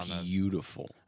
Beautiful